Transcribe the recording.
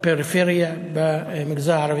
בפריפריה ובמגזר הערבי.